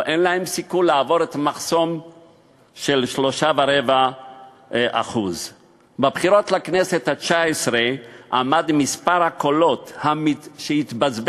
או אין להן סיכוי לעבור את המחסום של 3.25%. בבחירות לכנסת התשע-עשרה עמד מספר הקולות שהתבזבז,